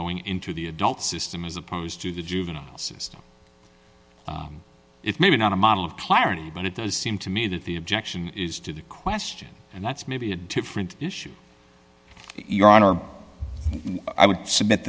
going into the adult system as opposed to the juvenile system it's maybe not a model of clarity but it does seem to me that the objection is to the question and that's maybe a different issue your honor i would s